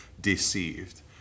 deceived